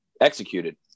executed